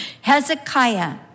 Hezekiah